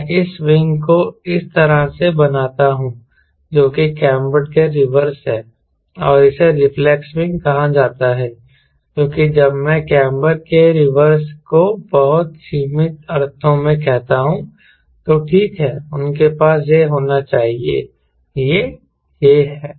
मैं इस विंग को इस तरह से बनाता हूं जो कि कैंबर्ड के रिवर्स है और इसे रिफ्लेक्स विंग कहा जाता है जो कि जब मैं कैंबर् के रिवर्स को बहुत सीमित अर्थों में कहता हूं तो ठीक है उनके पास यह होना चाहिए यह यह है